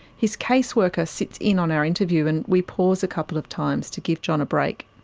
his case worker sits in on our interview, and we pause a couple of times to give john a break.